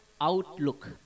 outlook